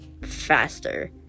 faster